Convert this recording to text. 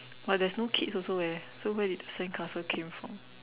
but there's no kids also eh so where did the sandcastle came from